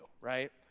right